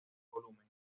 volumen